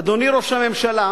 אדוני ראש הממשלה,